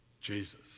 Jesus